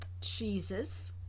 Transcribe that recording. cheeses